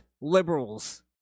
liberals